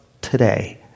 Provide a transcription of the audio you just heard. today